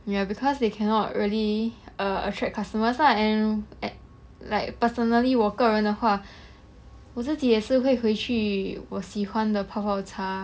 ya because they cannot really err attract customers lah and at like personally 我个人的话我自己也是会回去我喜欢的泡泡茶